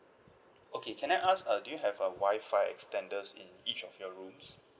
okay can I ask uh do you have a Wi-Fi extenders in each of your rooms